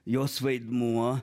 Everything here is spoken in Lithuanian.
jos vaidmuo